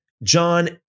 John